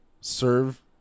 serve